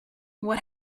what